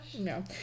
No